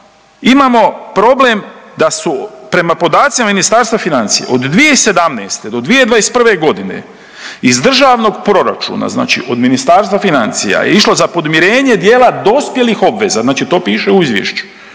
imamo problem da su prema podacima Ministarstva financija od 2017. do 2021.g. iz državnog proračuna znači od Ministarstva financija je išlo za podmirenje djela dospjelih obveza, znači to piše u izvješću,